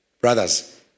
Brothers